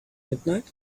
midnight